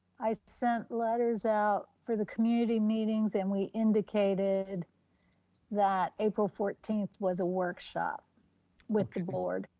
i sent letters out for the community meetings and we indicated that april fourteenth was a workshop with the board,